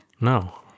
No